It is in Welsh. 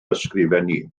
ysgrifennu